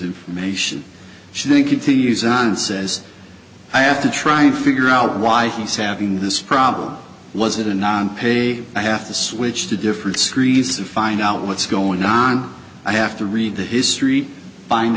information she continues on and says i have to try and figure out why he's having this problem was it a non pay i have to switch to different screens to find out what's going on i have to read the history find